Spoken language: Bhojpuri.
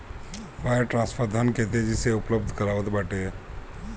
वायर ट्रांसफर धन के तेजी से उपलब्ध करावत बाटे